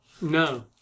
No